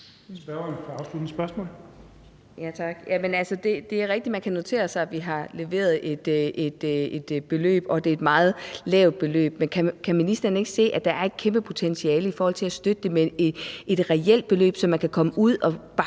Det er rigtigt, at man kan notere sig, at vi har leveret et beløb, og at det er et meget lavt beløb. Men kan ministeren ikke se, at der er et kæmpe potentiale i forhold til at støtte det med et reelt beløb, så man kan komme ud og bakke